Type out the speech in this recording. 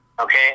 okay